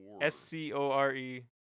s-c-o-r-e